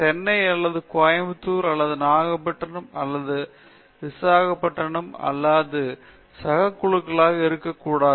சென்னை அல்லது கோயம்புத்தூர் அல்லது நாகப்பட்டினம் அல்லது விசாகப்பட்டினத்தில் மட்டும் அல்லாமல் அது சகல குழுக்களாக இருக்கக்கூடாது